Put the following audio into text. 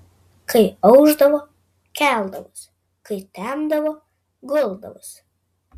kai aušdavo keldavosi kai temdavo guldavosi